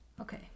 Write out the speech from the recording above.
Okay